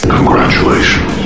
Congratulations